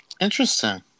Interesting